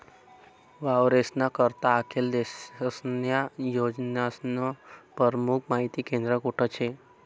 वावरेस्ना करता आखेल देशन्या योजनास्नं परमुख माहिती केंद्र कोठे शे?